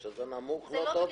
כשזה נמוך, את לא לוקחת.